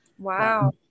Wow